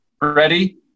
ready